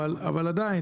אבל עדיין,